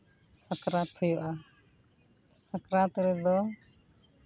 ᱥᱟᱠᱨᱟᱛ ᱦᱩᱭᱩᱜᱼᱟ ᱥᱟᱠᱨᱟᱛ ᱨᱮᱫᱚ